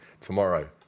tomorrow